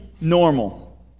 normal